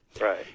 Right